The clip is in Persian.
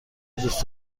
دوست